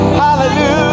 hallelujah